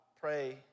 pray